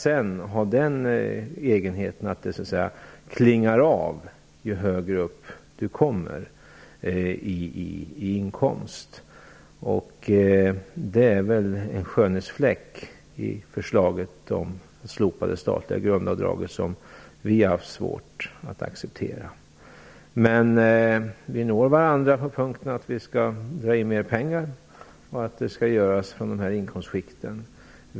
Sedan klingar det så att säga av ju högre inkomst man har. Det är en skönhetsfläck i förslaget om det slopade statliga grundavdraget som vi har haft svårt att acceptera. Men vi når varandra i fråga om att det skall dras in mer pengar och att det skall göras från dessa inkomstskick.